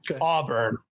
Auburn